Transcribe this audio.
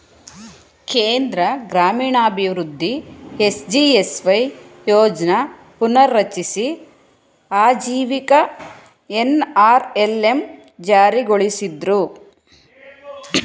ಕೇಂದ್ರ ಗ್ರಾಮೀಣಾಭಿವೃದ್ಧಿ ಎಸ್.ಜಿ.ಎಸ್.ವೈ ಯೋಜ್ನ ಪುನರ್ರಚಿಸಿ ಆಜೀವಿಕ ಎನ್.ಅರ್.ಎಲ್.ಎಂ ಜಾರಿಗೊಳಿಸಿದ್ರು